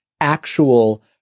actual